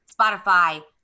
Spotify